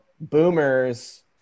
boomers